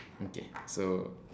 okay so